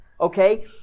Okay